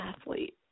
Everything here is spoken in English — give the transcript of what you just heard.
athlete